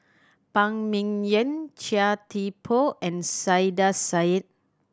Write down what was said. Phan Ming Yen Chia Thye Poh and Saiedah Said